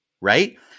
right